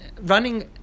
running